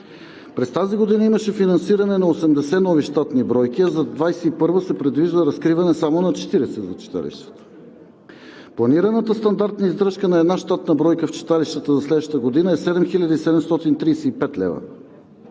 През тази година имаше финансиране на 80 нови щатни бройки, а за 2021-а се предвижда разкриване само на 40 за читалищата. Планираната стандартна издръжка на една щатна бройка в читалищата за следващата година е 7 735 лв.